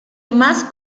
más